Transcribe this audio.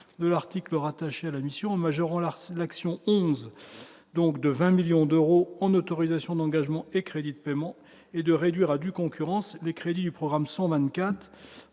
de l'article rattaché à la mission en majorant leur l'action 11 donc de 20 millions d'euros en autorisation d'engagement et crédits de paiement et de réduire à due concurrence les crédits du programme 124